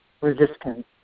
resistance